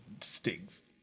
stings